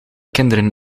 kinderen